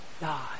God